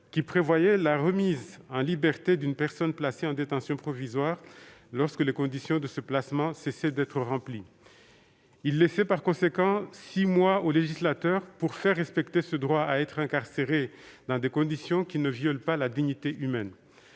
qui prévoyait la remise en liberté d'une personne placée en détention provisoire, lorsque les conditions de ce placement cessaient d'être remplies. Il laissait par conséquent six mois au législateur pour faire respecter ce droit à être incarcéré dans des conditions qui ne violent pas la dignité humaine.